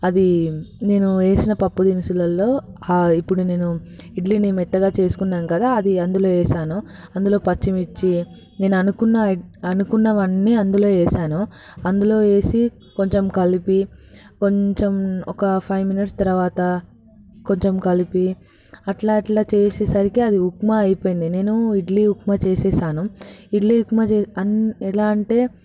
అది నేను వేసిన పప్పు దినుసులలో ఇప్పుడు నేను ఇడ్లీనీ మెత్తగా చేసుకున్నాను కదా అది అందులో వేసాను అందులో పచ్చిమిర్చి నేను అనుకున్న అనుకున్నవన్నీ అందులో వేసాను అందులో వేసి కొంచెం కలిపి కొంచెం ఒక ఫైవ్ మినిట్స్ తరువాత కొంచెం కలిపి అట్లా అట్లా చేసేసరికి అది ఉప్మా అయిపోయింది నేను ఇడ్లీ ఉప్మా చేసేసాను ఇడ్లీ ఉప్మా చే ఎలా అంటే